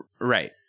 right